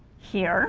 here